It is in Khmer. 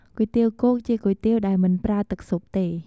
គុយទាវគោក ជាគុយទាវដែលមិនប្រើទឹកស៊ុបទេ។